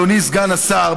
אדוני סגן השר,